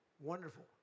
Wonderful